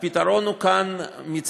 הפתרון כאן הוא,